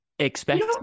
Expect